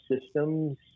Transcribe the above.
systems